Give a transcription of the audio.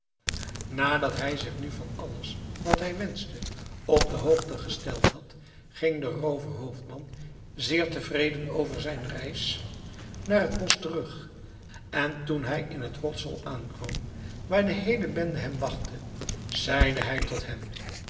nadat hij zich nu van alles wat hij wenschte op de hoogte gesteld had ging de rooverhoofdman zeer tevreden over zijn reis naar het bosch terug en toen hij in het rotshol aankwam waar de heele bende hem wachtte zeide hij tot hen